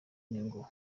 ngo